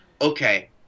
Okay